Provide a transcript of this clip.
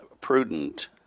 prudent